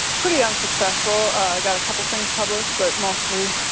pretty unsuccessful, i got a couple things published but mostly,